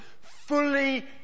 fully